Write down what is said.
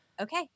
okay